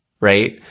right